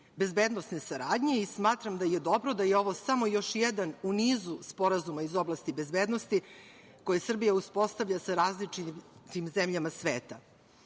bezbednosne saradnje i smatram da je dobro da je ovo samo još jedan u nizu sporazuma iz oblasti bezbednosti koje Srbija uspostavlja sa različitim zemljama